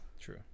True